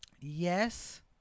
Yes